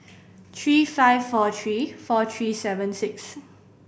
three five four three four three seven six